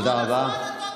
תודה רבה.